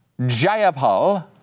Jayapal